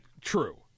true